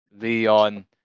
Leon